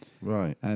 Right